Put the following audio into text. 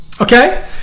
Okay